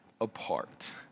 apart